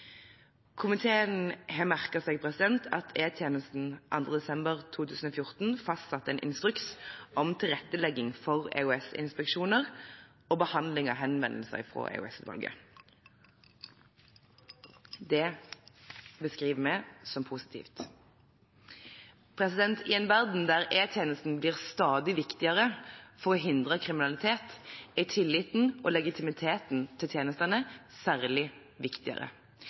Komiteen har merket seg at E-tjenesten 2. desember 2014 fastsatte en instruks om tilrettelegging for EOS-inspeksjoner og behandling av henvendelser fra EOS-utvalget. Det beskriver vi som positivt. I en verden der e-tjenestene blir stadig viktigere for å hindre kriminalitet, er tilliten og legitimiteten til tjenestene særlig